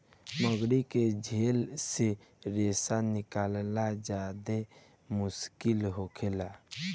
मकड़ी के झोल से रेशम निकालल ज्यादे मुश्किल होखेला